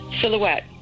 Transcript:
silhouette